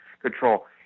control